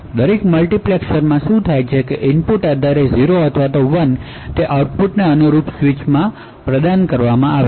અને આ દરેક મલ્ટિપ્લેક્સર્સ શું કરે છે તે ઇનપુટ 0 અથવા 1 આધારે તે આઉટપુટમાં અનુરૂપ ઇનપુટને સ્વીચ કરશે